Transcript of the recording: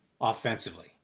offensively